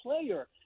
player